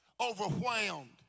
overwhelmed